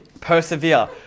Persevere